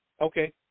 Okay